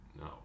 No